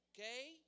Okay